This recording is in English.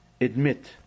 Admit